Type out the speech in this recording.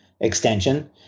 extension